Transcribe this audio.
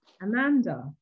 Amanda